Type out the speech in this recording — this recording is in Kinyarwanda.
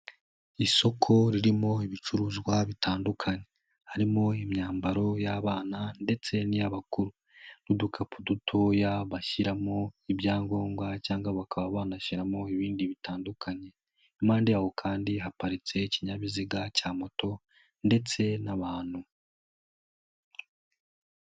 Isoko ririmo ibicuruzwa bitandukanye harimo imyambaro y'abana ndetse n'iy'abakuru n'udukapu dutoya bashyiramo ibyangombwa cyangwa bakaba banashyiramo ibindi bitandukanye, impande yaho kandi haparitse ikinyabiziga cya moto ndetse n'abantu.